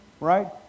right